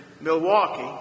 Milwaukee